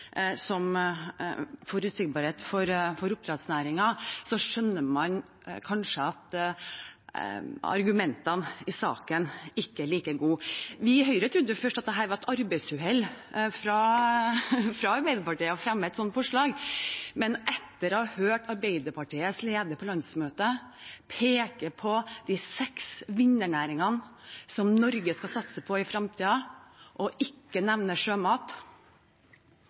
diskutere forutsigbarhet for oppdrettsnæringen, skjønner man at argumentene i saken kanskje ikke er like gode. Vi i Høyre trodde først at det å fremme et sånt forslag var et arbeidsuhell fra Arbeiderpartiet, men etter å ha hørt Arbeiderpartiets leder på landsmøtet peke på de seks vinnernæringene som Norge skal satse på i fremtiden, og ikke nevne sjømat,